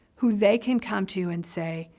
who they can come to and say,